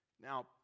Now